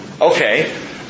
Okay